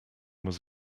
was